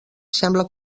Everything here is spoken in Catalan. sembla